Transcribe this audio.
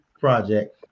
project